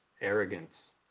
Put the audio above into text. arrogance